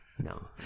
No